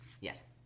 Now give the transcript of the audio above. Yes